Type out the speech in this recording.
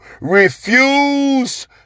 Refuse